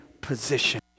position